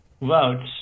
Votes